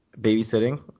babysitting